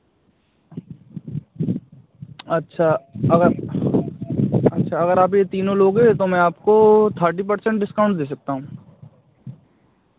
अच्छा अगर अच्छा अगर आप यह तीनों लोगे तो मैं आपको थर्टी परसेंट डिस्काउंट दे सकता हूँ